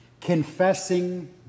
Confessing